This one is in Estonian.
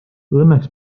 õnneks